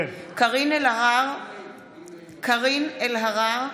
(קוראת בשמות חברי הכנסת) קארין אלהרר,